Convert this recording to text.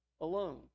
alone